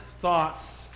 thoughts